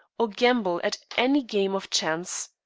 or gamble at any game of chance.